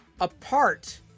apart